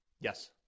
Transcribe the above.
Yes